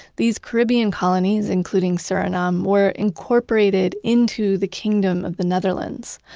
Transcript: these caribbean colonies, including suriname, were incorporated into the kingdom of the netherlands.